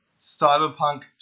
Cyberpunk